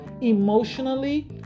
emotionally